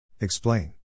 Explain